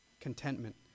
Contentment